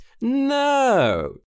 No